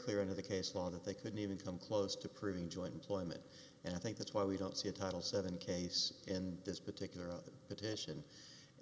clear in the case law that they couldn't even come close to proving joined element and i think that's why we don't see a title seven case in this particular petition